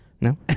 No